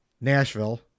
Nashville